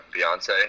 Beyonce